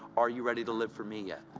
are you ready to live for me yet?